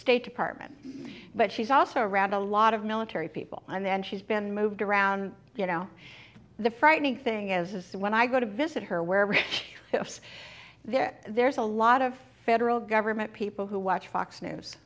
state department but she's also rather a lot of military people and then she's been moved around you know the frightening thing is when i go to visit her where rich there there's a lot of federal government people who watch fox news